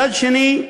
מצד שני,